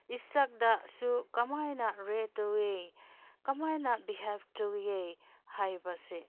ꯏꯁꯛꯇꯁꯨ ꯀꯃꯥꯏꯅ ꯔꯤꯌꯦꯛ ꯇꯧꯋꯦ ꯀꯃꯥꯏꯅ ꯕꯤꯍꯦꯞ ꯇꯧꯕꯤꯒꯦ ꯍꯥꯏꯕꯁꯦ